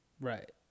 Right